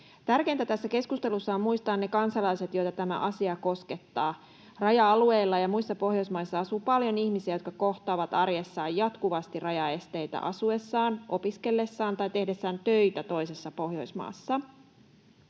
Tärkeintä tässä keskustelussa on muistaa ne kansalaiset, joita tämä asia koskettaa. Raja-alueilla ja muissa Pohjoismaissa asuu paljon ihmisiä, jotka kohtaavat arjessaan jatkuvasti rajaesteitä asuessaan, opiskellessaan tai tehdessään töitä toisessa Pohjoismaassa.